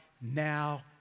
now